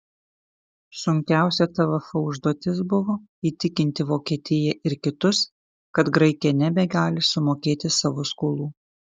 sunkiausia tvf užduotis buvo įtikinti vokietiją ir kitus kad graikija nebegali sumokėti savo skolų